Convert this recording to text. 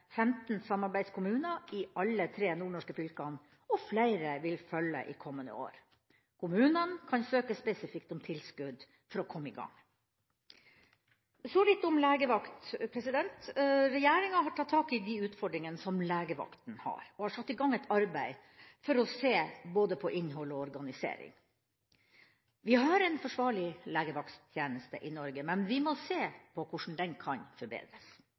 15 samarbeidskommuner i alle de tre nordnorske fylkene – og flere vil følge i kommende år. Kommunene kan søke spesifikt om tilskudd for å komme i gang. Så litt om legevakt. Regjeringa har tatt tak i de utfordringene som legevakten har, og har satt i gang et arbeid for å se på både innhold og organisering. Vi har en forsvarlig legevakttjeneste i Norge, men vi må se på hvordan den kan forbedres.